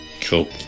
Cool